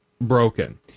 broken